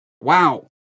wow